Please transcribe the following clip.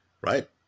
Right